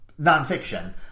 nonfiction